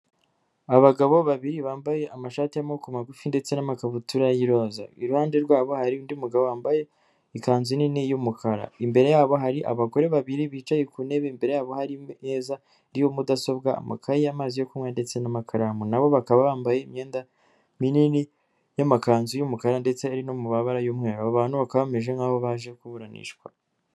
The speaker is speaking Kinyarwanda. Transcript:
Abagabo babiri bambaye amashati y'amamoboko magufi ndetse n'amakabutura y'iroza, iruhande rwabo hari undi mugabo wambaye ikanzu nini y'umukara, imbere yabo hari abagore babiri bicaye ku ntebe imbere yabo hari imeza, mudasobwa, amakayi, amazi yo kunywa, ndetse n'amakaramu, nabo bakaba bambaye imyenda minini y'amakanzu y'umukara ndetse ari no mu mabara y'umweru, abo abantu baka bameze nk'aho baje kuburanishwa.